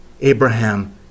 Abraham